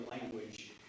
language